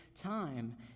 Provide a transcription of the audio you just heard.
time